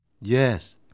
Yes